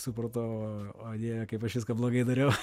supratau o dieve kaip aš viską blogai dariau